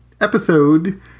episode